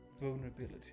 vulnerability